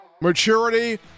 Maturity